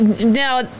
now